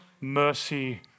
mercy